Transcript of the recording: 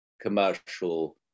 commercial